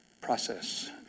process